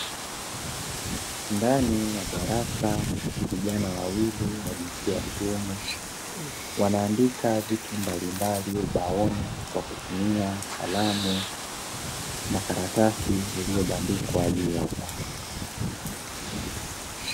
Ndani ya darasa, vijana wawili wa jinsia ya kiume wanaandika wanaandika vitu mbalimbali, ubaoni kwa kutumia kalamu na karatasi iliyobandikwa juu ya ubao.